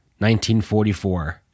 1944